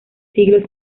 siglos